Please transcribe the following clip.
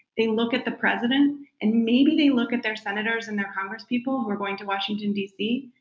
they look at the president and maybe they look at their senators and their congress people who are going to washington dc.